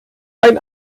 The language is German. ein